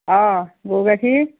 অঁ গৰু গাখীৰ